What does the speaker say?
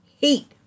hate